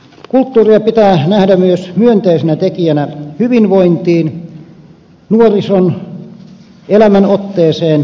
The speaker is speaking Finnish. kulttuuria pitää nähdä myös myönteisenä tekijänä hyvinvointiin nuorison elämänotteeseen liittämisessä